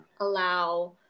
allow